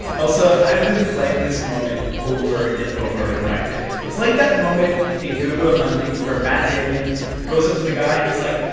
ailsa, i've been playing this moment over and over in my head. it's like that moment in good will hunting where matt damon goes up to the guy, and he's like,